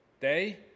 day